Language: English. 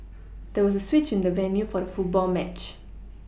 there was a switch in the venue for the football match